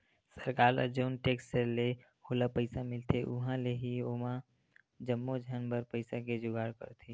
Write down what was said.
सरकार ल जउन टेक्स ले ओला पइसा मिलथे उहाँ ले ही ओहा जम्मो झन बर पइसा के जुगाड़ करथे